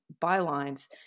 bylines